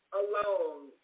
alone